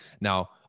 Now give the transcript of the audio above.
Now